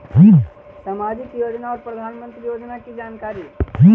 समाजिक योजना और प्रधानमंत्री योजना की जानकारी?